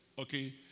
Okay